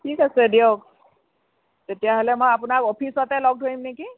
ঠিক আছে দিয়ক তেতিয়াহ'লে মই আপোনাক অফিচতে লগ ধৰিম নেকি